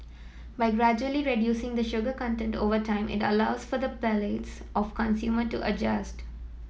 by gradually reducing the sugar content over time it allows for the palates of consumer to adjust